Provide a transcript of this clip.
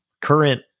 current